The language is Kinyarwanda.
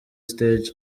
stage